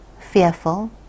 fearful